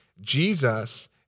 Jesus